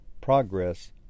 progress